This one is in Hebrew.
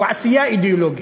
הם עשייה אידיאולוגית.